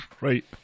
Right